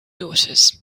daughters